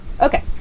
Okay